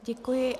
Děkuji.